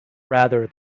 rather